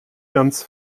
ganz